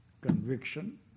conviction